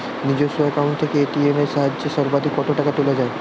নিজস্ব অ্যাকাউন্ট থেকে এ.টি.এম এর সাহায্যে সর্বাধিক কতো টাকা তোলা যায়?